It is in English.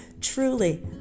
Truly